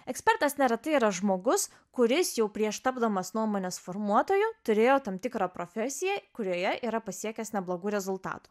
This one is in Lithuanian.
ekspertas neretai yra žmogus kuris jau prieš tapdamas nuomonės formuotoju turėjo tam tikrą profesiją kurioje yra pasiekęs neblogų rezultatų